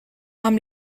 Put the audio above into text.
amb